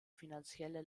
finanzielle